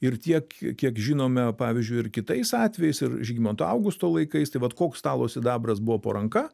ir tiek kiek žinome pavyzdžiui ir kitais atvejais ir žygimanto augusto laikais tai vat koks stalo sidabras buvo po ranka